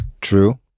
True